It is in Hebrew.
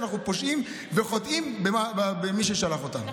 אנחנו פושעים וחוטאים למי ששלח אותנו.